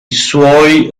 suoi